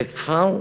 זה כפר,